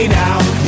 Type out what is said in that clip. now